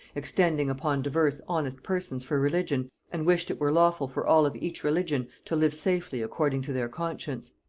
extending upon divers honest persons for religion, and wished it were lawful for all of each religion to live safely according to their conscience.